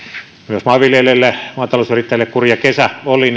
myös maanviljelijöille maatalousyrittäjille kurja kesä oli